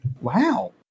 Wow